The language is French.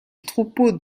troupeau